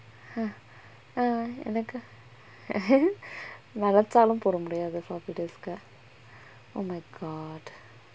ai எனக்கு:enakku நெனச்சாலும் தொட முடியாது:nenachalum thoda mudiyathu floppy disk oh my god